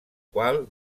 qual